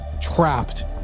trapped